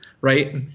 right